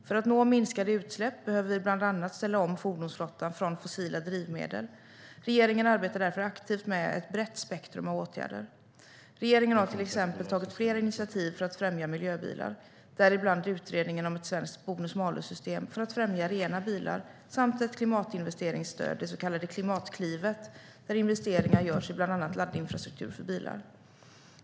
För att nå minskade utsläpp behöver vi bland annat ställa om fordonsflottan från fossila drivmedel. Regeringen arbetar därför aktivt med ett brett spektrum av åtgärder. Regeringen har till exempel tagit flera initiativ för att främja miljöbilar, däribland utredningen om ett svenskt bonus-malus-system för att främja rena bilar samt ett klimatinvesteringsstöd, det så kallade Klimatklivet, där investeringar görs i bland annat laddinfrastruktur för elbilar.